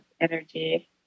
energy